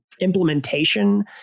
implementation